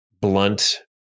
blunt